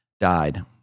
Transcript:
died